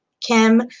Kim